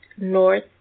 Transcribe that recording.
north